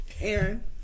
Aaron